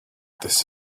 this